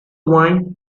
wine